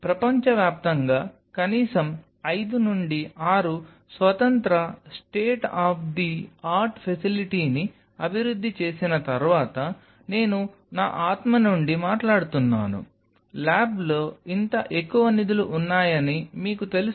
ప్రపంచవ్యాప్తంగా కనీసం 5 నుండి 6 స్వతంత్ర స్టేట్ ఆఫ్ ది ఆర్ట్ ఫెసిలిటీని అభివృద్ధి చేసిన తర్వాత నేను నా ఆత్మ నుండి మాట్లాడుతున్నాను ల్యాబ్లో ఇంత ఎక్కువ నిధులు ఉన్నాయని మీకు తెలుసు